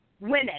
women